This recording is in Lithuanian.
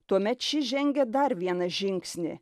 tuomet šis žengia dar vieną žingsnį